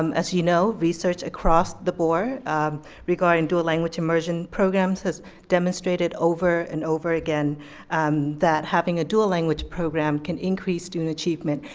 um as you know, research across the board regarding dual language immersion programs has demonstrated over and over again that having a dual language program can increase student achievement.